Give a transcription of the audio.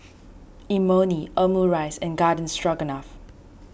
Imoni Omurice and Garden Stroganoff